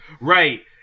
Right